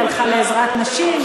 היא הלכה לעזרת נשים,